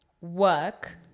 work